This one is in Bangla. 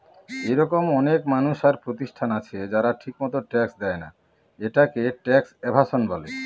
এরকম অনেক মানুষ আর প্রতিষ্ঠান আছে যারা ঠিকমত ট্যাক্স দেয়না, এটাকে ট্যাক্স এভাসন বলে